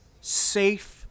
safe